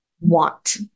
want